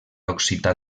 occità